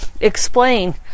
explain